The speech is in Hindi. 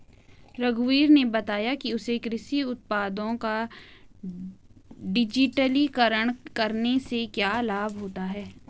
रघुवीर ने बताया कि उसे कृषि उत्पादों का डिजिटलीकरण करने से क्या लाभ होता है